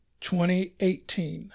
2018